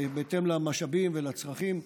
בהתאם למשאבים ולצרכים.